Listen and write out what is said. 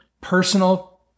personal